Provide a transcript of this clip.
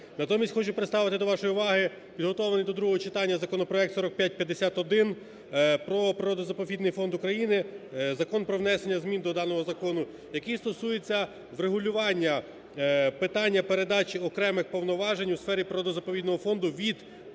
Натомість хочу представити до вашої уваги підготовлений до другого читання законопроект 4551: про природно-заповідний фонд України, Закон про внесення змін до даного закону, - який стосується врегулювання питання передачі окремих повноважень у сфері природно-заповідного фонду від територіальних органів